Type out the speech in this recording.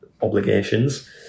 obligations